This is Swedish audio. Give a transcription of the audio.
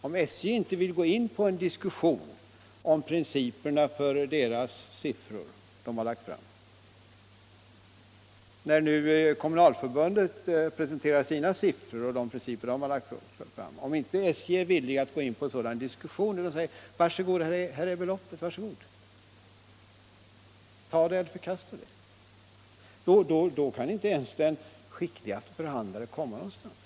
SJ vill inte gå in i en diskussion om principerna för de siffror som SJ lagt fram, när nu Göteborgsregionens kommunalförbund presenterar sina siffror och principer. SJ säger bara: ”Var så god, här är beloppet — ta det eller förkasta det!” Då kan inte ens den skickligaste förhandlare komma någonstans.